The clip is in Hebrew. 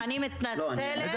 לא, אתה לא תמשיך, אני מתנצלת.